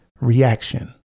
reaction